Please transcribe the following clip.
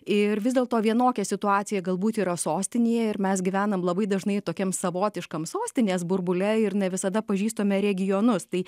ir vis dėlto vienokia situacija galbūt yra sostinėje ir mes gyvenam labai dažnai tokiam savotiškam sostinės burbule ir ne visada pažįstame regionus tai